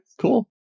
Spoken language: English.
cool